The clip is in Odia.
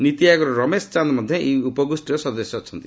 ନୀତି ଆୟୋଗର ରମେଶ ଚାନ୍ଦ୍ ମଧ୍ୟ ଏହି ଉପଗୋଷ୍ଠୀର ସଦସ୍ୟ ଅଛନ୍ତି